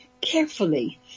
Carefully